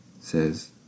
says